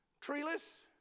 Treeless